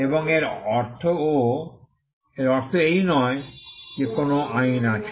এবং এর অর্থও এর অর্থ এই নয় যে কোনও আইন আছে